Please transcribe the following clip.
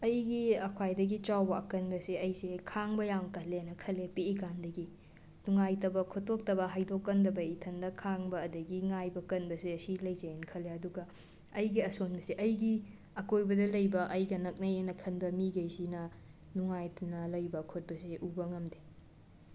ꯑꯩꯒꯤ ꯈ꯭ꯋꯥꯏꯗꯒꯤ ꯆꯥꯎꯕ ꯑꯀꯟꯕꯁꯦ ꯑꯩꯁꯦ ꯈꯥꯡꯕ ꯌꯥꯝꯅ ꯀꯜꯂꯦꯅ ꯈꯜꯂꯦ ꯄꯤꯛꯏꯀꯥꯟꯗꯒꯤ ꯅꯨꯉꯥꯏꯇꯕ ꯈꯣꯇꯣꯛꯇꯕ ꯍꯥꯏꯗꯣꯀꯟꯗꯕ ꯏꯊꯟꯗ ꯈꯥꯡꯕ ꯑꯗꯒꯤ ꯉꯥꯏꯕ ꯀꯟꯕꯁꯦ ꯑꯁꯤ ꯂꯩꯖꯩ ꯍꯥꯏꯅ ꯈꯜꯂꯦ ꯑꯗꯨꯒ ꯑꯩꯒꯤ ꯑꯁꯣꯟꯕꯁꯦ ꯑꯩꯒꯤ ꯑꯀꯣꯏꯕꯗ ꯂꯩꯕ ꯑꯩꯒ ꯅꯛꯅꯩ ꯍꯥꯏꯅ ꯈꯟꯕ ꯃꯤꯒꯩꯁꯤꯅ ꯅꯨꯉꯥꯏꯇꯅ ꯂꯩꯕ ꯈꯣꯠꯄꯁꯦ ꯎꯕ ꯉꯝꯗꯦ